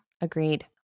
Agreed